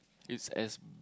it's as